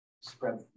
spread